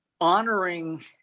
honoring